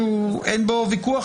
אני מבין שאין בו ויכוח.